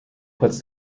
puts